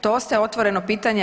To ostaje otvoreno pitanje.